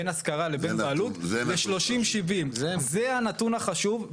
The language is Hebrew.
בין השכרה לבין בעלות ל- 30.70. זה הנתון החשוב.